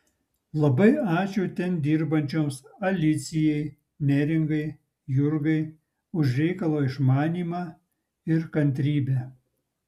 labai ačiū ten dirbančioms alicijai neringai jurgai už reikalo išmanymą ir kantrybę